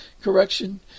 correction